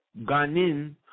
ganin